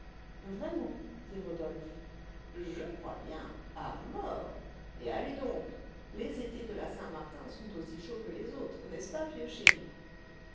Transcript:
vraiment dit rodolphe je crois bien à mort et allez donc les étés de la saint-martin sont aussi chauds que les autres n'est-ce pas vieux chéri